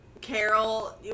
Carol